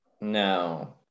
No